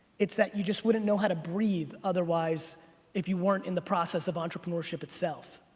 it's that you just wouldn't know how to breathe otherwise if you weren't in the process of entrepreneurship itself.